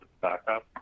backup